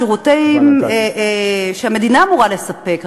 שירותים שהמדינה אמורה לספק,